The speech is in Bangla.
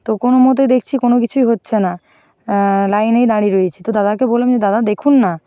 তো কোনো মতেই দেখছি কোনো কিছুই হচ্ছে না লাইনেই দাঁড়িয়ে রয়েছি তো দাদাকে বললাম যে দাদা দেখুন না